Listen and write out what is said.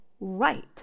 right